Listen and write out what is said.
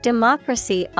Democracy